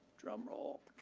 drum roll.